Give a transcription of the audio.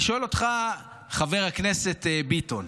אני שואל אותך, חבר הכנסת ביטון,